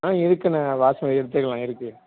ஆ இருக்குதுண்ண பாஸ்மதி எடுத்துக்கலாம் இருக்குது